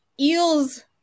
Eels